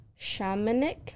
shamanic